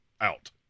out